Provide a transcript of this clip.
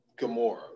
Gamora